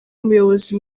umuyobozi